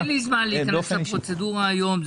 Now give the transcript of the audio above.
אין לי זמן להיכנס לפרוצדורה היום.